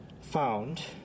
found